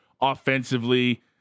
offensively